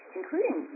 including